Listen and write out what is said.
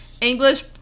English